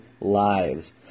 lives